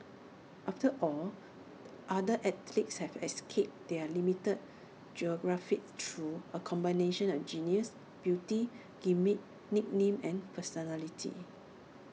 after all other athletes have escaped their limited geographies through A combination of genius beauty gimmick nickname and personality